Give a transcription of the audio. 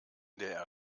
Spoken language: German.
ndr